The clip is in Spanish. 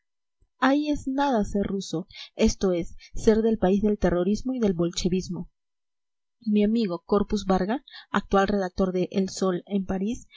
ahí es nada ser ruso esto es ser del país del terrorismo y del bolchevismo mi amigo corpus barga actual redactor de el sol en parís